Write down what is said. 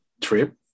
trip